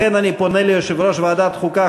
לכן אני פונה ליושב-ראש ועדת החוקה,